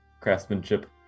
craftsmanship